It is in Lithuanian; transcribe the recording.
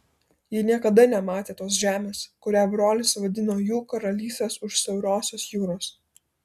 ji niekada nematė tos žemės kurią brolis vadino jų karalystės už siaurosios jūros